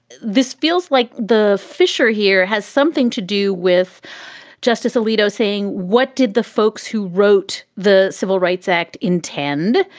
this feels like the fissure here has something to do with justice alito saying what did the folks who wrote the civil rights act intend?